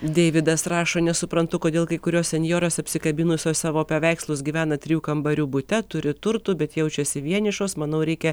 deividas rašo nesuprantu kodėl kai kurios senjoros apsikabinusios savo paveikslus gyvena trijų kambarių bute turi turtų bet jaučiasi vienišos manau reikia